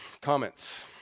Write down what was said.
comments